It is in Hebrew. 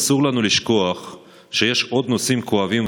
אסור לנו לשכוח שיש עוד נושאים כואבים,